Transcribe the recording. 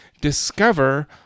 discover